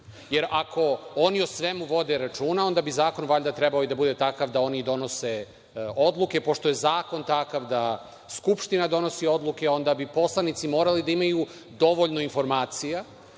Jer, ako oni o svemu vode računa, onda bi zakon valjda trebao i da bude takav da oni donose odluke. Pošto je zakon takav da Skupština donosi odluke, onda bi poslanici morali da imaju dovoljno informacija